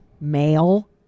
male